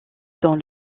dans